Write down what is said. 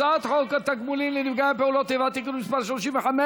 הצעת חוק התגמולים לנפגעי פעולות איבה (תיקון מס' 35),